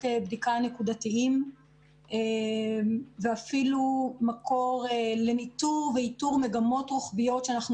בדיקה נקודתיים ואפילו מקור לניטור ואיתור מגמות רוחביות שאנחנו